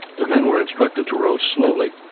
the men were instructed to row slowly,